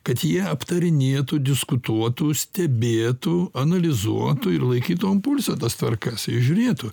kad jie aptarinėtų diskutuotų stebėtų analizuotų ir laikytų ant pulso tas tvarkas ir žiūrėtų